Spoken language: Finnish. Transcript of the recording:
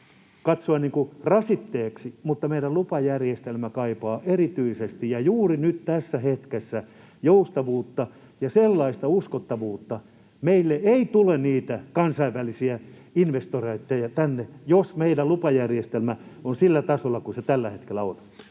kuin rasitteeksi, mutta meidän lupajärjestelmä kaipaa erityisesti ja juuri nyt tässä hetkessä joustavuutta ja sellaista uskottavuutta. Meille ei tule niitä kansainvälisiä investoreita tänne, jos meidän lupajärjestelmä on sillä tasolla kuin se tällä hetkellä on.